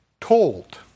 told